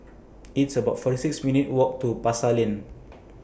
It's about forty six minutes' Walk to Pasar Lane